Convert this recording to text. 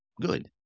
good